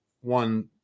one